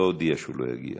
הוא לא הודיע שהוא לא יגיע.